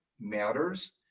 matters